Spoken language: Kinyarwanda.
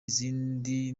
izindi